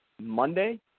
Monday